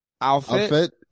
outfit